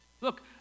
Look